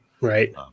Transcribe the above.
right